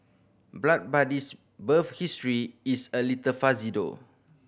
Blood Buddy's birth history is a little fuzzy though